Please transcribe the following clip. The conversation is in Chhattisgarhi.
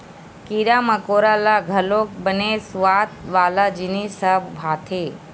कीरा मकोरा ल घलोक बने सुवाद वाला जिनिस ह भाथे